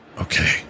Okay